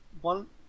One